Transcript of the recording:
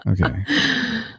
Okay